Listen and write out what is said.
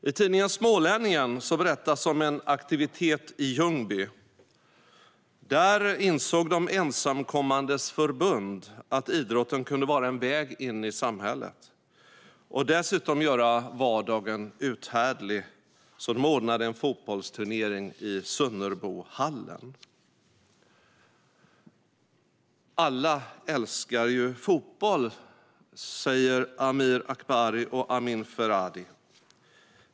I tidningen Smålänningen berättas om en aktivitet i Ljungby. Där insåg Ensamkommandes förbund att idrotten kunde vara en väg in i samhället och dessutom göra vardagen uthärdlig, så de ordnade en fotbollsturnering i Sunnerbohallen. Alla älskar ju fotboll, säger Amir Akbari och Amin Verhadi.